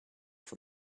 for